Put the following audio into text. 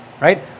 Right